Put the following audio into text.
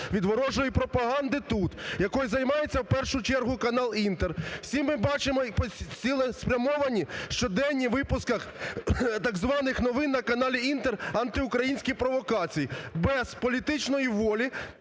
від ворожої пропаганди тут, якою займається в першу чергу канал "Інтер". Всі ми бачимо цілеспрямовані щоденні у випусках так званих новин на каналі "Інтер" антиукраїнські провокації. Без політичної полі